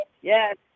Yes